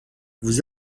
vous